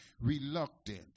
reluctant